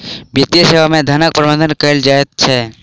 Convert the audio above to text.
वित्तीय सेवा मे धनक प्रबंध कयल जाइत छै